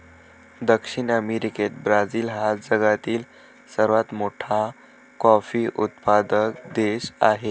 दक्षिण अमेरिकेत ब्राझील हा जगातील सर्वात मोठा कॉफी उत्पादक देश आहे